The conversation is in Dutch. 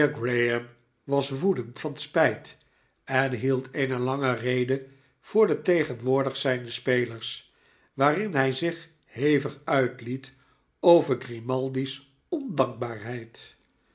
was woedend van spijt en hield eene lange rede voor de tegenwoordig zijnde spelers waarin hij zich hevig uitliet over grimaldi's ondankbaarheid